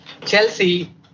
Chelsea